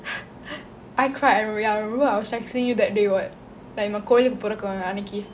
I cried I ya I remember I was texting you that day what like நான் கோவிலுக்கு போற அன்னைக்கு:naan kovilukku pora annaikku